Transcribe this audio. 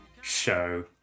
Show